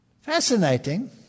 Fascinating